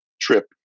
trip